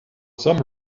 some